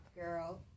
Girl